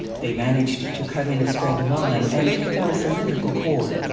they managed to cut in a straight line and take out a cylindrical core.